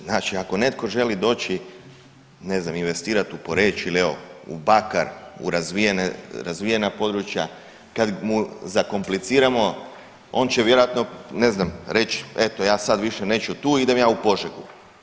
Znači ako netko želi doći ne znam investirati u Poreč ili evo u Bakar, u razvijena područja kad mu zakompliciramo, on će vjerojatno ne znam reći eto ja sad više neću tu idem ja u Požegu.